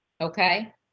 Okay